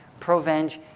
Provenge